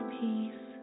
peace